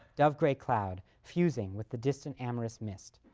dove-gray cloud fusing with the distant amorous mist.